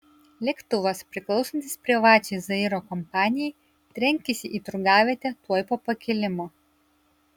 lėktuvas priklausantis privačiai zairo kompanijai trenkėsi į turgavietę tuoj po pakilimo